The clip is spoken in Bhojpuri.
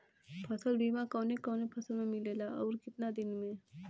फ़सल बीमा कवने कवने फसल में मिलेला अउर कितना दिन में?